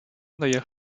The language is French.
derrière